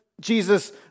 Jesus